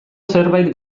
zerbait